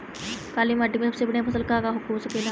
काली माटी में सबसे बढ़िया फसल का का हो सकेला?